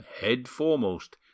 head-foremost